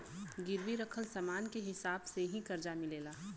गिरवी रखल समान के हिसाब से ही करजा मिलेला